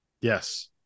Yes